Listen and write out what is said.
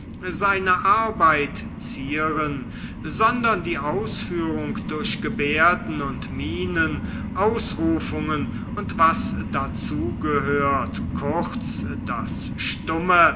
seine arbeit zieren sondern die ausführung durch gebärden und mienen ausrufungen und was dazu gehört kurz das stumme